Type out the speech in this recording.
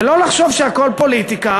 ולא לחשוב שהכול פוליטיקה.